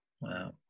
Wow